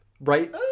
Right